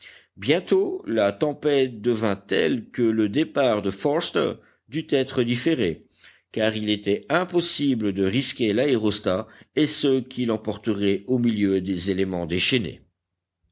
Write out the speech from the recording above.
bientôt la tempête devint telle que le départ de forster dut être différé car il était impossible de risquer l'aérostat et ceux qu'il emporterait au milieu des éléments déchaînés